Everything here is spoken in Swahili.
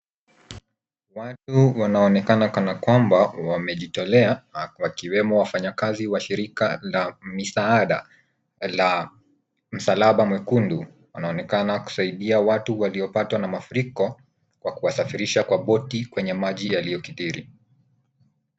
Watu wanaonekana kana kwamba wamejitolea, wakiwemo wafanyakazi wa shirika la misaada la msalaba mwekundu, wanaonekana kusaidia watu waliopatwa na mafuriko kwa kuwasafirisha kwa boti kwenye maji yaliyokidhiri.